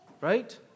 right